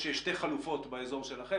באזור שלכם יש שתי חלופות,